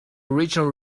original